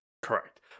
Correct